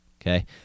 Okay